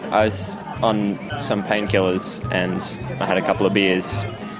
i was on some painkillers and i had a couple of beers,